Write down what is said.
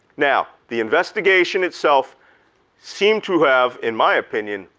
now the investigation itself seemed to have, in my opinion,